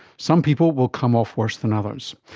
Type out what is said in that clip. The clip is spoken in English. some people will come off worse than others.